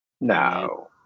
No